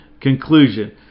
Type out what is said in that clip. Conclusion